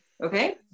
okay